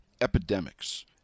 epidemics